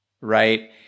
right